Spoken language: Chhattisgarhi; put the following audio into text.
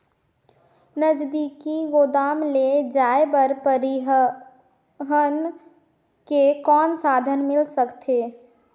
नजदीकी गोदाम ले जाय बर परिवहन के कौन साधन मिल सकथे?